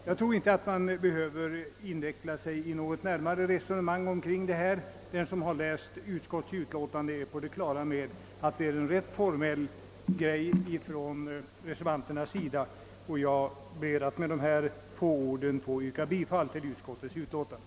Jag tror inte att man behöver gå in på något närmare resonemang om detta. Den som läst utskottets utlåtande är på det klara med att reservanternas yrkande är av rent formell natur. Jag ber med det anförda att få yrka bifall till utskottets hemställan.